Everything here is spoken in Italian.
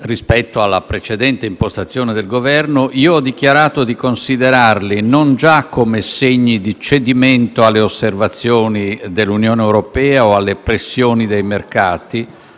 rispetto alla precedente impostazione del Governo, ho dichiarato di considerarli non già come segni di cedimento alle osservazioni dell'Unione europea o alle pressioni dei mercati,